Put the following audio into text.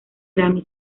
grammy